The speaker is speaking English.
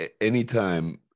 anytime